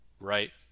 right